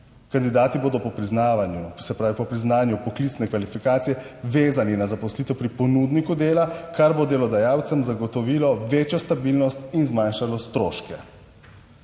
se pravi po priznanju poklicne kvalifikacije vezani na zaposlitev pri ponudniku dela, kar bo delodajalcem zagotovilo večjo stabilnost in zmanjšalo stroške.